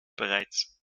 bereits